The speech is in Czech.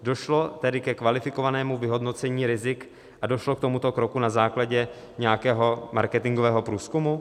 Došlo tedy ke kvalifikovanému vyhodnocení rizik a došlo k tomuto kroku na základě nějakého marketingového průzkumu?